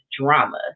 drama